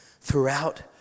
throughout